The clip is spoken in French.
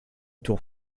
tour